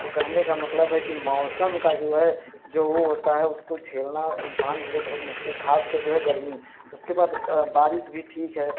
तो कहने का मतलब है कि मौसम का जो है जो वो होता है उसको झेलना इंसान के लिए बहुत मुश्किल खास कर के जो है गर्मी उसके बाद बारिश भी ठीक है